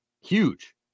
huge